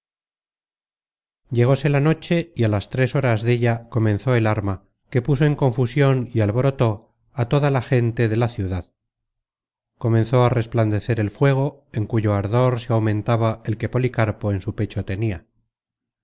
llegóse la noche y á las tres horas della comenzó el arma que puso en confusion y alborotó a toda la gente de la ciudad comenzó a resplandecer el fuego en cuyo ardor se aumentaba el que policarpo en su pecho tenia